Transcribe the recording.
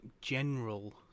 general